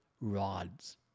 rods